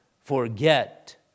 forget